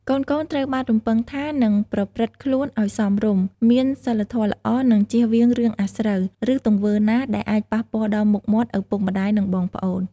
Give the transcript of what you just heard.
កូនៗត្រូវបានរំពឹងថានឹងប្រព្រឹត្តខ្លួនឲ្យសមរម្យ មានសីលធម៌ល្អ និងជៀសវាងរឿងអាស្រូវ ឬទង្វើណាដែលអាចប៉ះពាល់ដល់មុខមាត់ឪពុកម្ដាយ និងបងប្អូន។